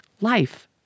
life